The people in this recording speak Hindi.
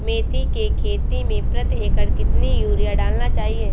मेथी के खेती में प्रति एकड़ कितनी यूरिया डालना चाहिए?